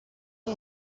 sie